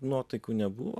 nuotaikų nebuvo